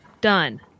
Done